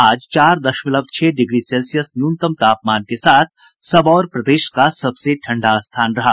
आज चार दशमलव छह डिग्री सेल्सियस न्यूनतम तापमान के साथ सबौर प्रदेश का सबसे ठंडा स्थान रहा